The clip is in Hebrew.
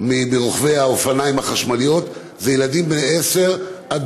מרוכבי האופניים החשמליים הם ילדים בני 10 עד